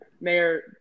Mayor